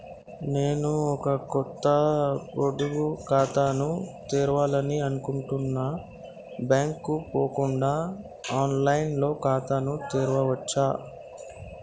నేను ఒక కొత్త పొదుపు ఖాతాను తెరవాలని అనుకుంటున్నా బ్యాంక్ కు పోకుండా ఆన్ లైన్ లో ఖాతాను తెరవవచ్చా?